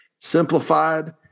simplified